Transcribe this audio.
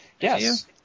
yes